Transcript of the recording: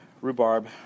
Rhubarb